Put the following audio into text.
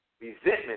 Resentment